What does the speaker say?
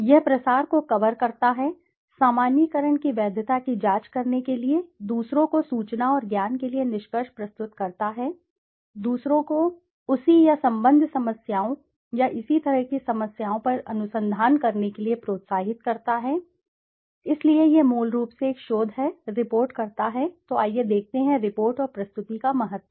यह प्रसार को कवर करता है सामान्यीकरण की वैधता की जांच करने के लिए दूसरों को सूचना और ज्ञान के लिए निष्कर्ष प्रस्तुत करता है दूसरों को उसी या संबद्ध समस्याओं या इसी तरह की समस्याओं पर अनुसंधान करने के लिए प्रोत्साहित करता है इसलिए यह मूल रूप से एक शोध है रिपोर्ट करता है तो आइए देखते हैं रिपोर्ट और प्रस्तुति का महत्व